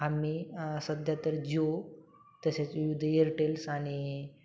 आम्ही सध्या तर जिओ तसेच विविध एअरटेल्स आणि